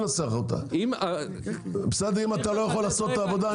אם אתה לא יכול לעשות את העבודה,